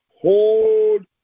hold